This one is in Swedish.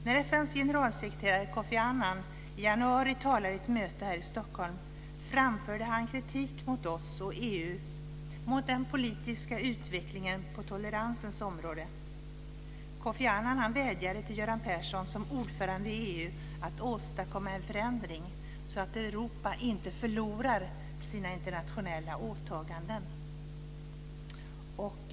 När FN:s generalsekreterare Kofi Annan i januari talade i ett möte här i Stockholm framförde han kritik mot Sverige och EU för den politiska utvecklingen på toleransens område. Kofi Annan vädjade till Göran Persson som ordförande i EU att åstadkomma en förändring så att Europa inte förlorar sina internationella åtaganden.